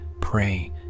pray